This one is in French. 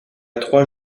trois